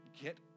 get